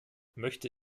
möchte